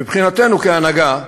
מבחינתנו כהנהגה,